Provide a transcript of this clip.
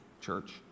church